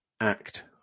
act